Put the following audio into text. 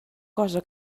cosa